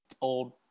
old